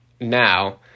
Now